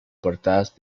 portadas